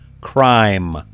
crime